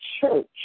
church